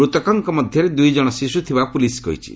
ମୃତକଙ୍କ ମଧ୍ୟରେ ଦୁଇଜଣ ଶିଶୁ ଥିବା ପୁଲିସ୍ କହିଛି